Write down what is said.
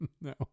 No